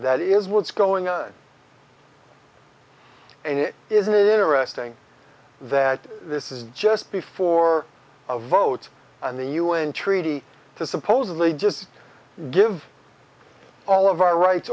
that is what's going on and it isn't it interesting that this is just before a vote on the u n treaty to supposedly just give all of our rights